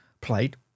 played